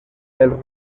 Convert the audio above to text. els